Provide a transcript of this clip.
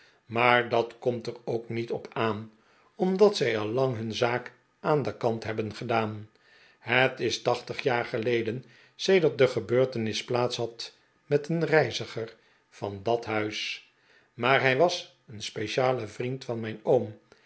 maar dat komf er ook niet op aan omdat zij al laiig hun zaak aan kant hebben gedaan het is taehtig jaar geleden sedert de gebeurtenis plaats had met een reiziger van dat huis maar hij was een speciale vriend van mijn oom